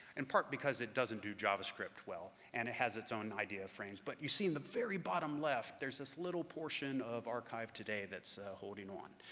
in part because it doesn't do javascript well and it has its own idea of frames. but you see in the very bottom left there's this little portion of archive today that's holding on.